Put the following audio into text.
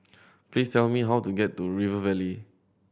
please tell me how to get to River Valley